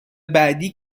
بعدی